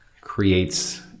creates